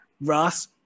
Russ